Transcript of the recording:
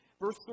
Verse